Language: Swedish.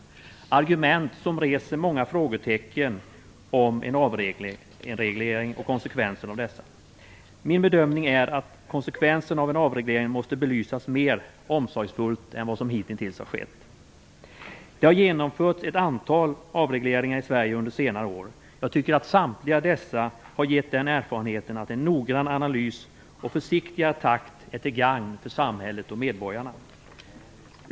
Det har varit argument som reser många frågetecken beträffande en avreglering och konsekvensen av en sådan. Min bedömning är att konsekvensen av en avreglering måste belysas mer omsorgsfullt än vad som hittills har skett. Det har genomförts ett antal avregleringar i Sverige under senare år. Jag tycker att samtliga dessa har gett oss den erfarenheten att en noggrann analys och en försiktigare takt är till gagn för samhället och medborgarna.